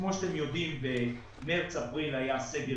כמו שאתם יודעים במארס-אפריל היה סגר